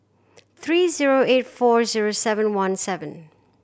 three zero eight four zero seven one seven